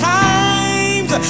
times